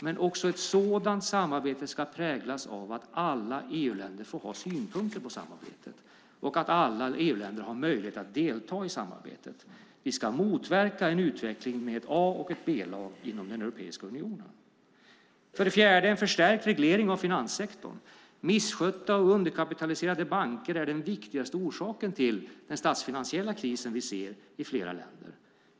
Men också ett sådant samarbete ska präglas av att alla EU-länder får ha synpunkter på samarbetet och att alla EU-länder har möjlighet att delta i samarbetet. Vi ska motverka en utveckling med ett A och ett B-lag inom Europeiska unionen. För det fjärde: en förstärkt reglering av finanssektorn. Misskötta och underkapitaliserade banker är den viktigaste orsaken till den statsfinansiella kris vi ser i flera länder.